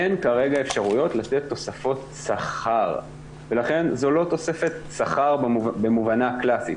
אין כרגע אפשרויות לתת תוספות שכר ולכן זו לא תוספת שכר במובנה הקלאסי,